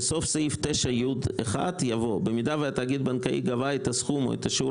בסוף סעיף 9י1 יבוא: "במידה והתאגיד הבנקאי גבה את הסכום או את השיעור